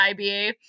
IBA